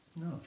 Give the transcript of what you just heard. No